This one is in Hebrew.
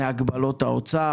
האם זה נובע מהגבלות האוצר?